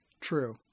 True